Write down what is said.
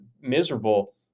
miserable